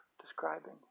describing